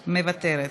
מוותרת,